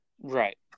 right